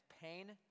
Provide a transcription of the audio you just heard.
pain